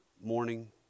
morning